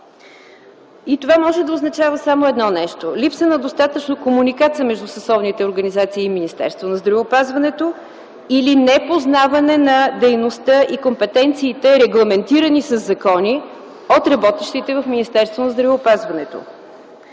Това може да означава само едно нещо – липса на достатъчно комуникация между съсловните организации и Министерството на здравеопазването или непознаване на дейността и компетенциите, регламентирани със закони от работещите в Министерството на здравеопазването.